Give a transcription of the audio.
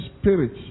spirit